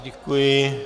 Děkuji.